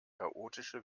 chaotische